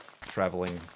traveling